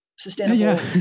sustainable